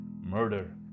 murder